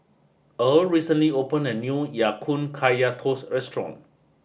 Irl recently opened a new Ya Kun Kaya Toast Restaurant